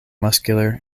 muscular